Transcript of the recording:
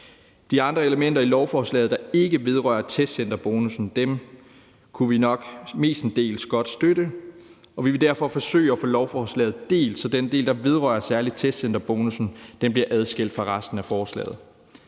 De andre elementer i lovforslaget, der ikke vedrører testcenterbonussen, kunne vi nok mestendels godt støtte, og vi vil derfor forsøge at få lovforslaget delt, så den del, der særlig vedrører testcenterbonussen, bliver adskilt fra resten af forslaget.